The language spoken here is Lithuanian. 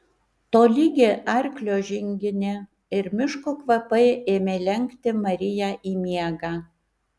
tolygi arklio žinginė ir miško kvapai ėmė lenkti mariją į miegą